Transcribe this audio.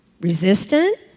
resistant